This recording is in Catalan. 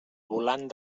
volant